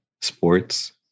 sports